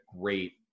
great